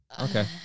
Okay